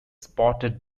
spotted